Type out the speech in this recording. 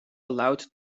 allowed